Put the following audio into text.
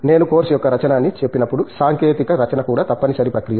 నేను కోర్సు యొక్క రచన అని చెప్పినప్పుడు సాంకేతిక రచన కూడా తప్పనిసరి ప్రక్రియ